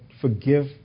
forgive